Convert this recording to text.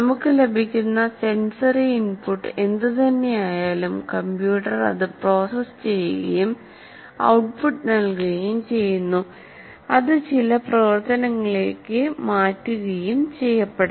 നമുക്ക് ലഭിക്കുന്ന sensory input എന്തുതന്നെയായാലും കമ്പ്യൂട്ടർ അത് പ്രോസസ്സ് ചെയ്യുകയും ഔട്ട്പുട്ട് നൽകുകയും ചെയ്യുന്നു അത് ചില പ്രവർത്തനങ്ങളിലേക്ക് മാറ്റുകയും ചെയ്യപ്പെടാം